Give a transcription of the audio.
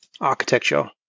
Architecture